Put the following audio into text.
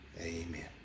amen